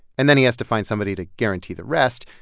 and then he has to find somebody to guarantee the rest,